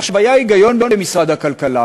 היה היגיון במשרד הכלכלה,